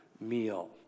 meal